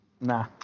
Nah